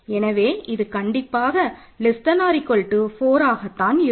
எனவே இது கண்டிப்பாக 4கத்தான் இருக்கும்